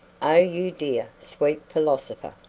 oh, you dear, sweet philosopher,